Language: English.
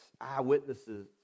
eyewitnesses